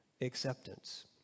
acceptance